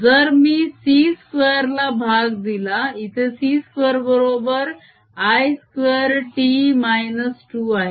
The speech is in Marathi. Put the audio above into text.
जर मी c 2 ला भाग दिला इथे c2 बरोबर l2 t 2 आहे